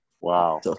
Wow